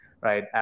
right